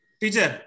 teacher